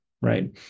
right